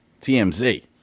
TMZ